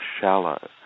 shallow